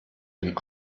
dem